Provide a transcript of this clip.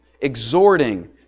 exhorting